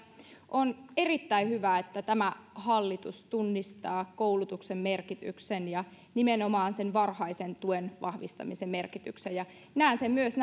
on erittäin hyvä että tämä hallitus tunnistaa koulutuksen merkityksen ja nimenomaan varhaisen tuen vahvistamisen merkityksen ja näen sen myös